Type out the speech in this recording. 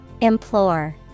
Implore